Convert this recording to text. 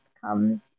comes